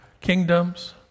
kingdoms